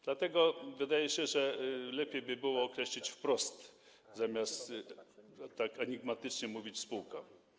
Dlatego wydaje się, że lepiej by było określić wprost, zamiast tak enigmatycznie mówić: spółka.